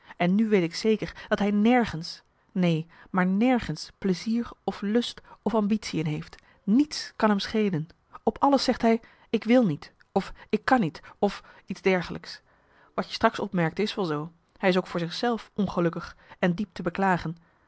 en nu weet ik zeker dat hij nergens neen maar nergens plezier of lust of ambitie in heeft niets kan hem schelen op alles zegt hij ik wil niet of ik kan niet of iets dergelijks wat je straks opmerkte is wel zoo hij is ook voor zich zelf ongelukkig en diep te beklagen